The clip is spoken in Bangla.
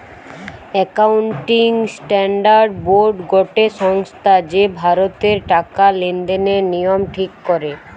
একাউন্টিং স্ট্যান্ডার্ড বোর্ড গটে সংস্থা যে ভারতের টাকা লেনদেনের নিয়ম ঠিক করে